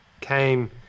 came